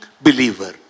believer